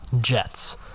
Jets